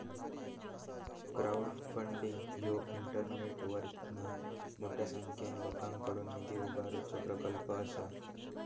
crowdfunding ह्यो इंटरनेटवरना मोठ्या संख्येन लोकांकडुन निधी उभारुचो प्रकल्प असा